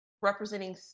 representing